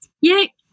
Yay